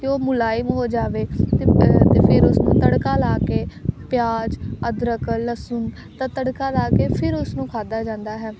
ਕਿ ਉਹ ਮੁਲਾਇਮ ਹੋ ਜਾਵੇ ਅਤੇ ਅਤੇ ਫਿਰ ਉਸਨੂੰ ਤੜਕਾ ਲਾ ਕੇ ਪਿਆਜ਼ ਅਦਰਕ ਲਸਣ ਦਾ ਤੜਕਾ ਲਾ ਕੇ ਫਿਰ ਉਸਨੂੰ ਖਾਧਾ ਜਾਂਦਾ ਹੈ